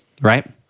right